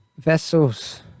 Vessels